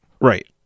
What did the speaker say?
Right